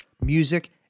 music